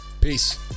peace